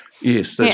Yes